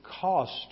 cost